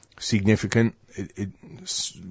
significant